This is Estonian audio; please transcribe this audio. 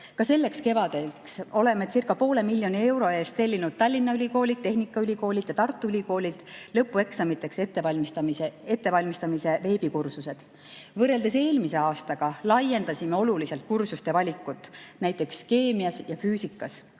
Ka selleks kevadeks olemecircapoole miljoni euro eest tellinud Tallinna Ülikoolilt, Tallinna Tehnikaülikoolilt ja Tartu Ülikoolilt lõpueksamiteks ettevalmistamise veebikursused. Võrreldes eelmise aastaga laiendasime oluliselt kursuste valikut, näiteks keemias ja füüsikas.